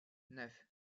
neuf